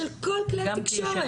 שתיקה של כל כלי התקשורת.